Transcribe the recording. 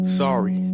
sorry